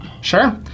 Sure